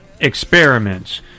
experiments